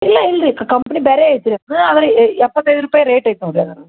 ಇಲ್ಲ ಇಲ್ರಿ ಕಂಪ್ನಿ ಬೇರೆ ಐತೆ ರೀ ಹಾಂ ಆಮೇಲೆ ಎಪ್ಪತ್ತೈದು ರೂಪಾಯಿ ರೇಟ್ ಐತೆ ನೋಡಿರಿ ಅದ್ರದ್ದು